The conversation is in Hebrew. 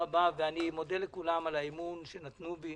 ומודה לכולם על האמון שנתנו בי.